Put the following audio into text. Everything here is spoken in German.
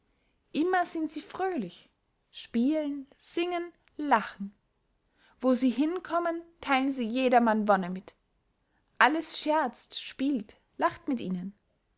immer sind sie fröhlich spielen singen lachen wo sie hinkommen theilen sie jedermann wonne mit alles scherzt spielt lacht mit ihnen